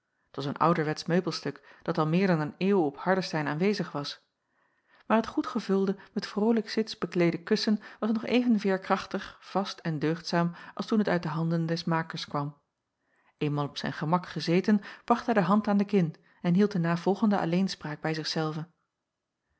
t was een ouderwetsch meubelstuk dat al meer dan een eeuw op hardestein aanwezig was maar het goedgevulde met vrolijk cits bekleede kussen was nog even veêrkrachtig vast en deugdzaam als toen het uit de handen des makers kwam eenmaal op zijn gemak gezeten bracht hij de hand aan de kin en hield de navolgende alleenspraak bij